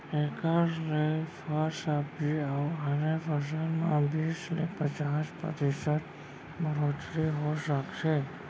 एखर ले फर, सब्जी अउ आने फसल म बीस ले पचास परतिसत बड़होत्तरी हो सकथे